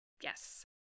Yes